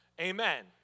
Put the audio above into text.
Amen